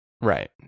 right